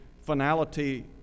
finality